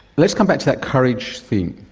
let's come back to that courage thing.